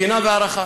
הבחינה וההערכה.